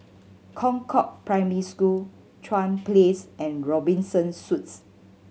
Concord Primary School Chuan Place and Robinson Suites